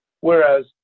whereas